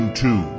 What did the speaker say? two